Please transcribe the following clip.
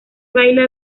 baila